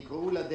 הם נקראו לדגל.